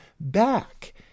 back